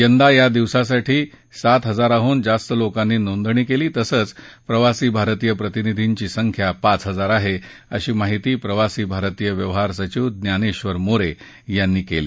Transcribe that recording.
यंदा या दिवसासाठी सात हजाराहून जास्त लोकांनी नोंदणी केली तसंच प्रवासी भारतीय प्रतिनिधींची संख्या पाच हजार आहे अशी माहिती प्रवासी भारतीय व्यवहार सचिव ज्ञानेश्वर मोरे यांनी केली